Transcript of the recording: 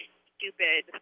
stupid